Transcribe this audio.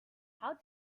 how